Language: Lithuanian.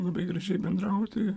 labai gražiai bendrauti